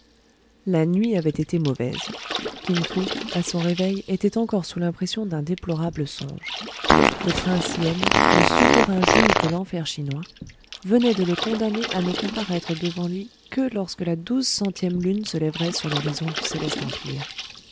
la nuit avait été mauvaise kin fo à son réveil était encore sous l'impression d'un déplorable songe le prince ien le souverain juge de l'enfer chinois venait de le condamner à ne comparaître devant lui que lorsque la douze centième lune se lèverait sur l'horizon du céleste empire